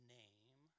name